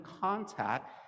contact